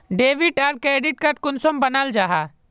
Debit आर credit card कुंसम बनाल जाहा?